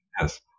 Yes